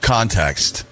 Context